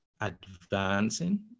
advancing